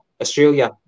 Australia